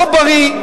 לא בריא.